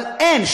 אבל אין,